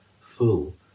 full